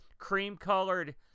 cream-colored